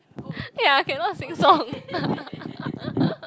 ya cannot sing song